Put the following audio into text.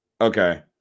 Okay